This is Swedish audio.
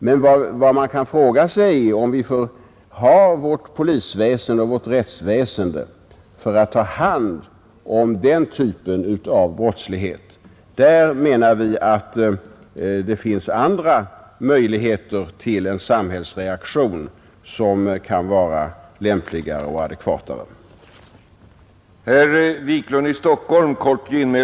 Men man bör fråga sig, om vi har vårt polisväsende och rättsväsende för att ta hand om den typen av brottslighet. Vi anser att det när det gäller sådana brott finns andra möjligheter för samhället till en lämplig och adekvat reaktion.